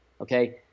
okay